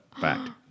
fact